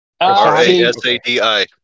R-A-S-A-D-I